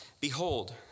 behold